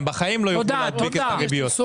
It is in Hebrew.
הם בחיים לא יוכלו להדביק את הריביות.